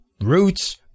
roots